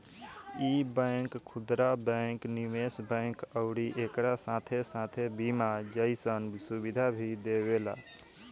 इ बैंक खुदरा बैंक, निवेश बैंक अउरी एकरा साथे साथे बीमा जइसन सुविधा भी देवेला